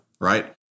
right